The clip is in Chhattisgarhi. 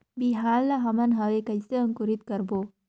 बिहान ला हमन हवे कइसे अंकुरित करबो?